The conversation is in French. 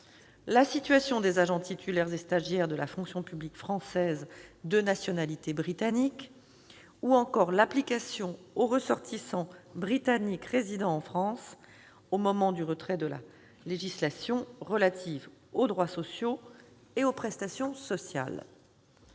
la situation des agents titulaires et stagiaires de la fonction publique française de nationalité britannique, ou encore l'application aux ressortissants britanniques résidant en France au moment du retrait de la législation relative aux droits sociaux et aux prestations sociales.